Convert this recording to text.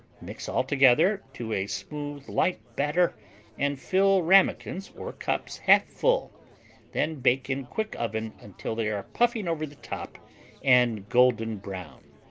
mix all together to a smooth, light batter and fill ramekins or cups half full then bake in quick oven until they are puffing over the top and golden-brown.